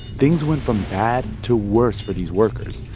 things went from bad to worse for these workers.